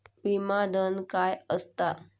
विमा धन काय असता?